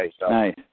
nice